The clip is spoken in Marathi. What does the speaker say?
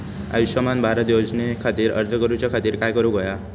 आयुष्यमान भारत योजने खातिर अर्ज करूच्या खातिर काय करुक होया?